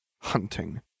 Hunting